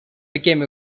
became